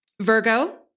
Virgo